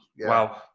Wow